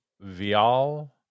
Vial